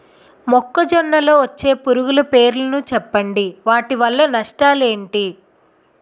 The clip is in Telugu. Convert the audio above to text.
మొక్కజొన్న లో వచ్చే పురుగుల పేర్లను చెప్పండి? వాటి వల్ల నష్టాలు ఎంటి?